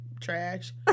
trash